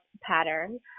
pattern